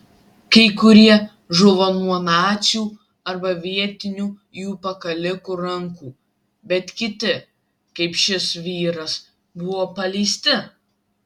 kai kurie žuvo nuo nacių arba vietinių jų pakalikų rankų bet kiti kaip šis vyras buvo paleisti